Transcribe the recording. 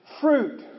fruit